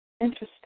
Interesting